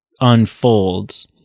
unfolds